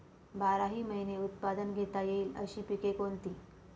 बाराही महिने उत्पादन घेता येईल अशी पिके कोणती?